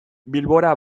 bilbora